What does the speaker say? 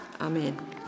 Amen